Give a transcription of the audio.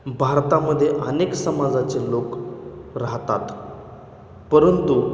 भारतामध्ये अनेक समाजाचे लोक राहतात परंतु